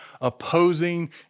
opposing